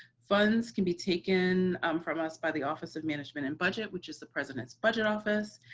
funds can be taken from us by the office of management and budget, which is the president's budget office,